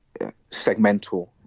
segmental